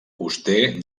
coster